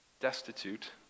destitute